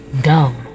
dumb